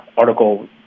article